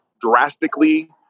drastically